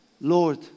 Lord